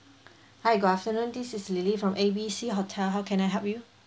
hi good afternoon this is lily from A B C hotel how can I help you